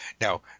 now